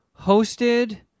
hosted